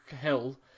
hill